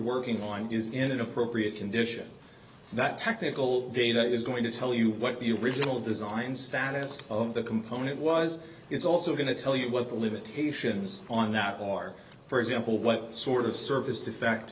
working on is in an appropriate condition that technical data is going to tell you what the original design status of the component was it's also going to tell you what the limitations on that are for example what sort of service to fact